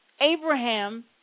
Abraham